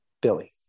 Billy